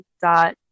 dot